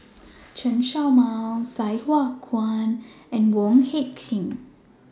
Chen Show Mao Sai Hua Kuan and Wong Heck Sing